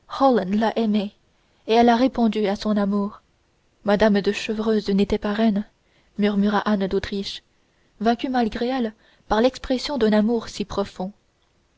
et elle a répondu à son amour mme de chevreuse n'était pas reine murmura anne d'autriche vaincue malgré elle par l'expression d'un amour si profond